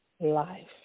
life